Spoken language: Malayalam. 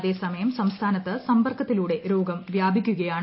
അതേസമയം സംസ്ഥാനത്ത് സമ്പർക്കത്തിലൂടെ രോഗം വ്യാപിക്കുകയാണ്